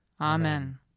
Amen